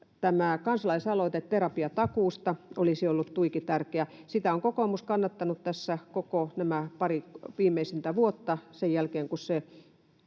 kansalaisaloite terapiatakuusta olisi ollut tuiki tärkeä. Sitä on kokoomus kannattanut tässä koko nämä pari viimeisintä vuotta sen jälkeen kun on